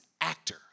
actor